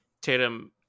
Tatum